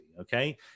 okay